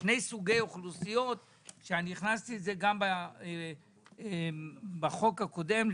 סוגי אוכלוסיות שהכנסתי גם בחוק הקודם,